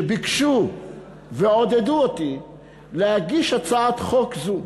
שביקשו ועודדו אותי להגיש הצעת חוק זו,